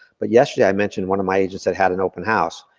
but yesterday i mentioned one of my agents that had an open house,